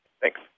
Thanks